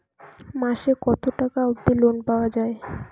মাসে কত টাকা অবধি লোন পাওয়া য়ায়?